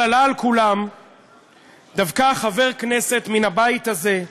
אבל עלה על כולם דווקא חבר כנסת מן הבית הזה,